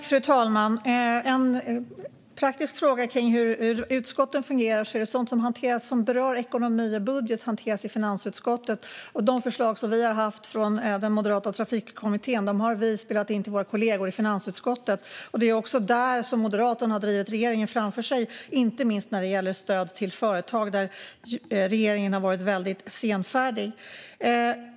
Fru talman! Det finns en praktisk fråga om hur utskotten fungerar. Sådant som berör ekonomi och budget hanteras i finansutskottet. De förslag som vi har haft från den moderata trafikkommittén har vi spelat in till våra kollegor i finansutskottet. Det är också där som Moderaterna har drivit regeringen framför sig inte minst när det gäller stöd till företag, där regeringen har varit väldigt senfärdig.